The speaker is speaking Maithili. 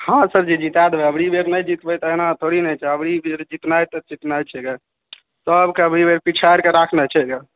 हँ सर जी जीता देबै अबरी बेर नहि जीतबै तऽ एना थोड़े ने छै अबरी बेर जीतनाइ तऽ जीतनाइ छै सबके अबरी बेर पीछारिके राखनाइ छै